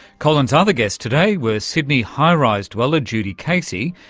colin's other guests today were sydney high-rise dweller judy casey,